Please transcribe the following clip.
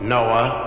Noah